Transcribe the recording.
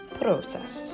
process